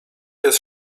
jest